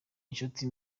inshuti